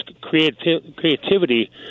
creativity